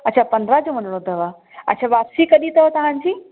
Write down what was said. अच्छा पंद्रहं जो वञिणो अथव अच्छा वापसी कॾहिं अथव तव्हांजी